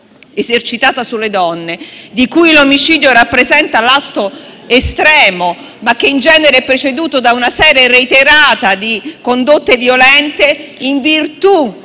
esercitata sulle donne, di cui l'omicidio rappresenta l'atto estremo, ma che in genere è preceduto da una serie reiterata di condotte violente, in difetto